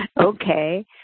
okay